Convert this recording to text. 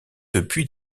depuis